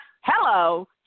Hello